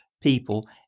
people